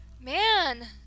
Man